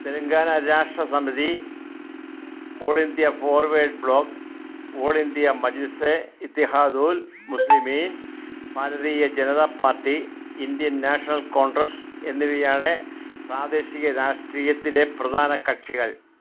Telangana Rashtra Samithi All India Forward Bloc All India Majlise Ittehadul Muslimeen Bharatiya Janata Party Indian National Congress എന്നിവയാണ് പ്രാദേശിക രാഷ്ട്രീയത്തിലെ പ്രധാന കക്ഷികൾ